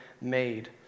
made